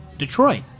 Detroit